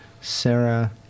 Sarah